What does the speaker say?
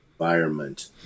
environment